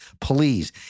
please